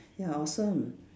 ya awesome